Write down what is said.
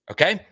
Okay